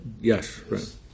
Yes